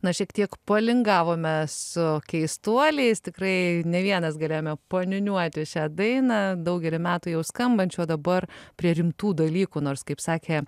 na šiek tiek palingavome su keistuoliais tikrai ne vienas galėjome paniūniuoti šią dainą daugelį metų jau skambančią o dabar prie rimtų dalykų nors kaip sakė